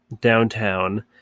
downtown